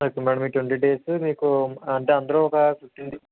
twenty days madam ఈ twenty days మీకు అంటే అందరూ ఒక ఫిఫ్టీన్